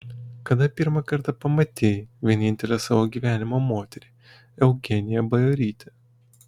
kada pirmą kartą pamatei vienintelę savo gyvenimo moterį eugeniją bajorytę